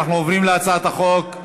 אנחנו עוברים להצעת החוק.